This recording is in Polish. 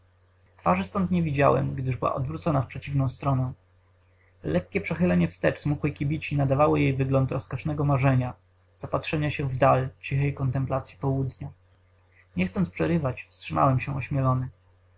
stąd nie widziałem gdyż była odwrócona w przeciwną stronę lekkie przechylenie wstecz smukłej kibici nadawało jej wygląd rozkosznego marzenia zapatrzenia się w dal cichej kontemplacyi południa nie chcąc przerywać wstrzymałem się ośmielony